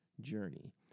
journey